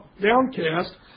downcast